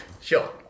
sure